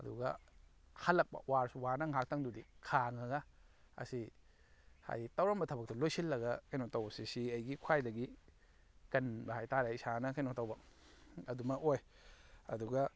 ꯑꯗꯨꯒ ꯍꯜꯂꯛꯄ ꯋꯥꯔꯁꯨ ꯋꯥꯅ ꯉꯥꯏꯍꯥꯛꯇꯪꯑꯗꯨꯗꯤ ꯈꯥꯡꯉꯒ ꯑꯁꯤ ꯍꯥꯏꯗꯤ ꯇꯧꯔꯝꯕ ꯊꯕꯛꯇꯨ ꯂꯣꯏꯁꯤꯜꯂꯒ ꯀꯩꯅꯣ ꯇꯧꯕꯁꯤ ꯑꯁꯤ ꯑꯩꯒꯤ ꯈ꯭ꯋꯥꯏꯗꯒꯤ ꯀꯟꯕ ꯍꯥꯏꯇꯥꯔꯦ ꯏꯁꯥꯅ ꯀꯩꯅꯣ ꯇꯧꯕ ꯑꯗꯨꯃꯛ ꯑꯣꯏ ꯑꯗꯨꯒ